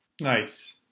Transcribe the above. Nice